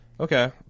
Okay